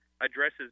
addresses